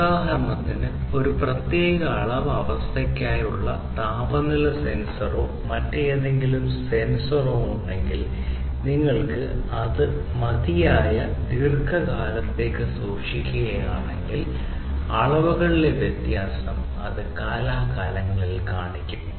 ഉദാഹരണത്തിന് ഒരു പ്രത്യേക അളവ് അവസ്ഥയ്ക്കായുള്ള താപനില സെൻസറോ മറ്റേതെങ്കിലും സെൻസറോ ഉണ്ടെങ്കിൽ നിങ്ങൾ ഇത് മതിയായ ദീർഘകാലത്തേക്ക് സൂക്ഷിക്കുകയാണെങ്കിൽ അളവുകളിലെ വ്യത്യാസം അത് കാലാകാലങ്ങളിൽ കാണിക്കും